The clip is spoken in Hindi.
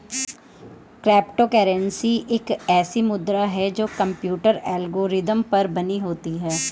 क्रिप्टो करेंसी एक ऐसी मुद्रा है जो कंप्यूटर एल्गोरिदम पर बनी होती है